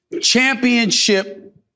championship